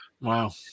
Wow